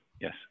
Yes